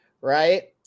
right